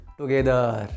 together